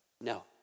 No